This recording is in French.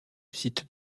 site